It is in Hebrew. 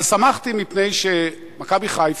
אבל שמחתי, מפני ש"מכבי חיפה"